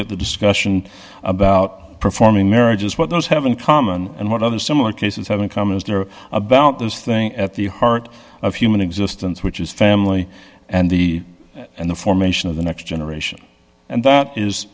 at the discussion about performing marriages what those have in common and what other similar cases have in common is they're about this thing at the heart of human existence which is family and the and the formation of the next generation and that is